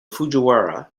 fujiwara